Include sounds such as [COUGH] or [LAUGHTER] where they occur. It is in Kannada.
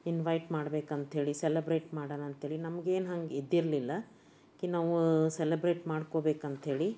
ಇನ್ವೈಟ್ ಮಾಡಬೇಕಂಥೇಳಿ ಸೆಲೆಬ್ರೇಟ್ ಮಾಡೋಣ ಅಂಥೇಳಿ ನಮ್ಗೇನು ಹಂಗೆ ಇದ್ದಿರಲಿಲ್ಲ [UNINTELLIGIBLE] ನಾವು ಸೆಲೆಬ್ರೇಟ್ ಮಾಡ್ಕೊಳ್ಬೇಕಂಥೇಳಿ